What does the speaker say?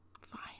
Fine